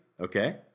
Okay